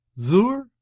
zur